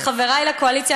לחברי לקואליציה,